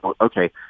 okay